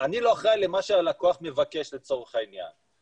אני לא אחראי למה שהלקוח מבקש, לצורך העניין.